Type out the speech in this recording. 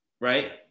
right